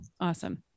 Awesome